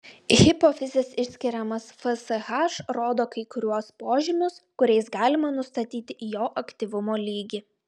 hipofizės išskiriamas fsh rodo kai kuriuos požymius kuriais galima nustatyti jo aktyvumo lygį